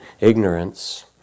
ignorance